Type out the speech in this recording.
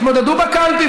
תתמודדו בקלפי,